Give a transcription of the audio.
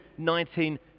19